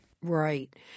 Right